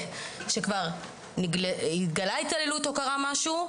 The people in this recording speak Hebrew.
כשכבר התגלתה התעללות או קרה משהו,